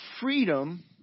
freedom